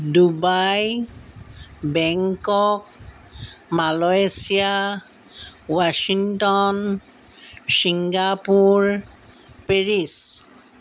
Dubai Bangkok Malaysia Washington Singapore Paris